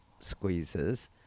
squeezes